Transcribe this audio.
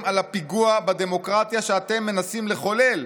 על הפיגוע בדמוקרטיה שאתם מנסים לחולל,